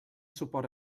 suport